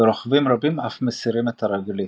ורוכבים רבים אף מסירים את הרגלית.